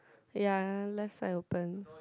ya left side open